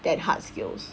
than hard skills